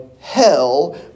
hell